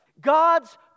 God's